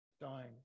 dying